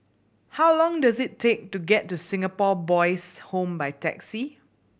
how long does it take to get to Singapore Boys' Home by taxi